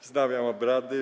Wznawiam obrady.